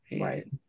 Right